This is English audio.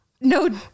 No